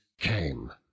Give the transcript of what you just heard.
came